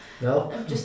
No